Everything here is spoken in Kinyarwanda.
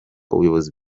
ubuyobozi